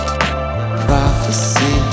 prophecy